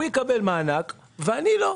הוא יקבל מענק ואני לא.